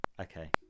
Okay